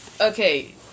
Okay